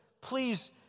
please